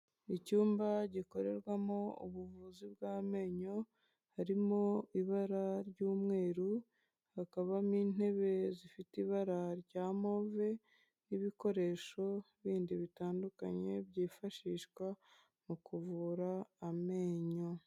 Icyumba gikorerwamo ubuvuzi bw'amenyo, harimo ibara ry'umweru hakabamo intebe zifite ibara rya move n'ibikoresho bindi bitandukanye byifashishwa mu kuvura amenyo.